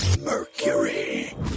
Mercury